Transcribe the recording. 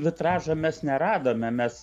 vitražą mes neradome mes